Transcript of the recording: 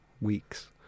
weeks